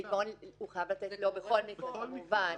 בעקרון, הוא חייב לתת בכל מקרה כמובן.